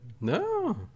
No